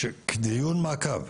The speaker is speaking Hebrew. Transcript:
כשדיון מעקב,